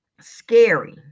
scary